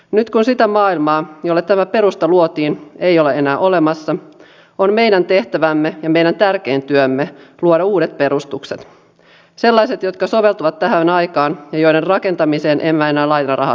nyt kun sitä maailmaa jolle tämä perusta luotiin ei ole enää olemassa on meidän tehtävämme ja meidän tärkein työmme luoda uudet perustukset sellaiset jotka soveltuvat tähän aikaan ja joiden rakentamiseen emme enää lainarahaa tarvitsisi